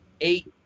eight